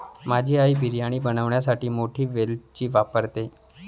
माझी आई बिर्याणी बनवण्यासाठी मोठी वेलची वापरते